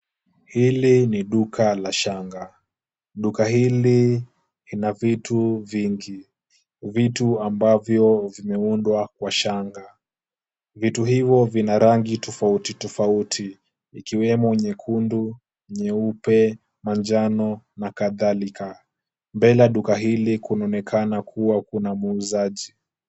Hili ni duka la shanga. Duka hil lina vitu vingi, vitu ambavyo vimeundwa kwa shanga. Vitu hivo vina rangi tofauti tofauti ikiwemo nyekundu, nyeupe, manjano na kadhalika. Mblele ya duka hili kunaonekana kuna muujazi.